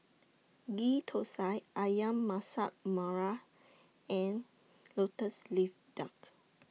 Ghee Thosai Ayam Masak Merah and Lotus Leaf Duck